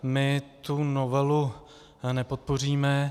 My tu novelu nepodpoříme.